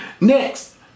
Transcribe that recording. Next